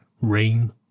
rain